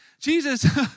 Jesus